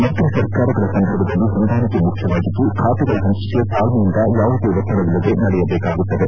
ಮೈತ್ರಿ ಸರ್ಕಾರಗಳ ಸಂದರ್ಭದಲ್ಲಿ ಹೊಂದಾಣಿಕೆ ಮುಖ್ಯವಾಗಿದ್ದು ಖಾತೆಗಳ ಪಂಚಕೆ ತಾಳ್ನೆಯಂದ ಯಾವುದೇ ಒತ್ತಡವಿಲ್ಲದೆ ನಡೆಯದೇಕಾಗುತ್ತದೆ